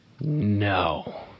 No